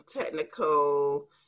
technical